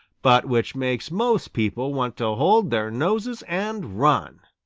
but which makes most people want to hold their noses and run.